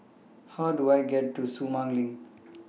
How Do I get to Sumang LINK